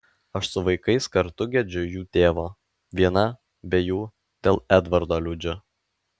aš su vaikais kartu gedžiu jų tėvo viena be jų dėl edvardo liūdžiu